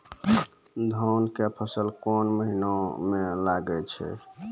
धान के फसल कोन महिना म लागे छै?